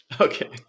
Okay